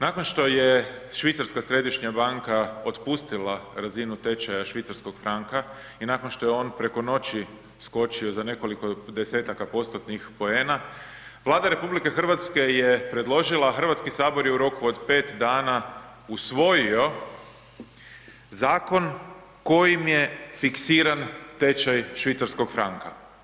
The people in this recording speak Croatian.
Nakon što je Švicarska središnja banka otpustila razinu tečaja švicarskog franka i nakon što je on preko noći skočio za nekoliko desetaka postotnih poena, Vlada RH je predložila, a Hrvatski sabor je u roku od 5 dana usvojio zakon kojim je fiksiran tečaj švicarskog franka.